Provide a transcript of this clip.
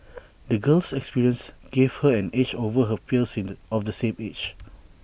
the girl's experiences gave her an edge over her peers in the of the same age